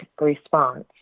response